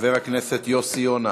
חבר הכנסת יוסי יונה,